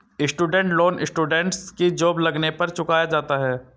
student loan students की job लगने पर चुकाया जाता है